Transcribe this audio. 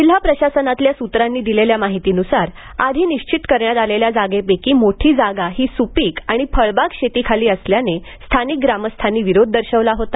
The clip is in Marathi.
जिल्हा प्रशासनातील सुत्रांनी दिलेल्या माहितीनुसार आधी निश्चित करण्यात आलेल्या जागेपैकी मोठी जागा ही सुपीक आणि फळवाग शेतीखाली असल्याने स्थानिक ग्रामस्थांनी विरोध दर्शवला होता